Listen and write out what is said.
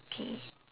okay